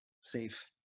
safe